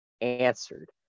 answered